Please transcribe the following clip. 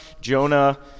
Jonah